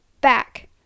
Back